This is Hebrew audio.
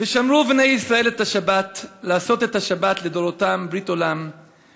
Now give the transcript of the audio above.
"ושמרו בני ישראל את השבת לעשות את השבת לדֹרֹתם ברית עולם,